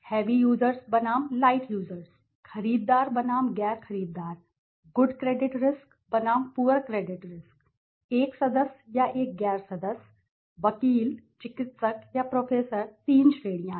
heavy users बनाम light यूजर्सखरीदार बनाम गैर खरीदार गुड क्रेडिट रिस्क बनाम पुअर क्रेडिट रिस्क एक सदस्य या एक गैर सदस्य वकील चिकित्सक या प्रोफेसर तीन श्रेणियां हैं